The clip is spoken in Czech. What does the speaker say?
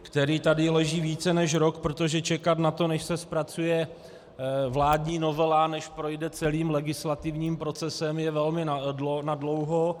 který tady leží více než rok, protože čekat na to, než se zpracuje vládní novela, než projde celým legislativním procesem, je velmi na dlouho.